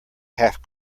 half